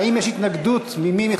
הביטוח הלאומי (תיקון,